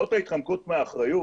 זאת ההתחמקות מהאחריות?